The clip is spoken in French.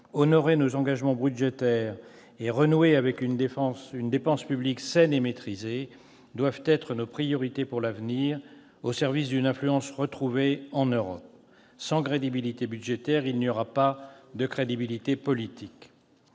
Honorer nos engagements budgétaires et renouer avec une dépense publique saine et maîtrisée doivent être nos priorités pour l'avenir, au service d'une influence retrouvée en Europe. Sans crédibilité budgétaire, il n'y aura pas de crédibilité politique.